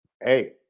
hey